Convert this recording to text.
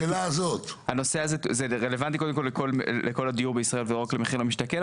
הנושא הזה רלוונטי לכל הדיור בישראל ולא רק למחיר למשתכן,